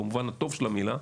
במובן הטוב של המילה,